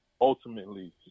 ultimately